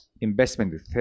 investment